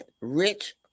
rich